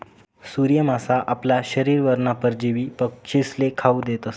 सूर्य मासा आपला शरीरवरना परजीवी पक्षीस्ले खावू देतस